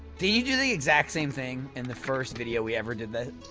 didn't you do the exact same thing? in the first video we ever did the